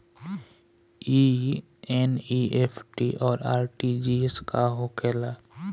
ई एन.ई.एफ.टी और आर.टी.जी.एस का होखे ला?